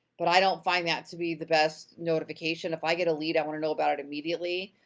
but i don't find that to be the best notification. if i get a lead, i wanna know about it immediately,